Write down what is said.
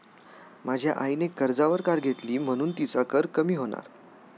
माझ्या आईने कर्जावर कार घेतली म्हणुन तिचा कर कमी होणार